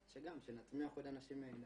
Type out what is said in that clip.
שגם, שנצמיח עוד אנשים מהעדה.